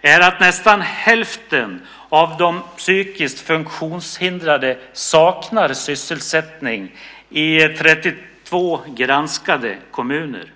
är att nästan hälften av de psykiskt funktionshindrade saknar sysselsättning i 32 granskade kommuner.